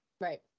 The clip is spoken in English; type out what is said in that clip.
Right